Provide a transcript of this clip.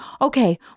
okay